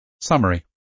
Summary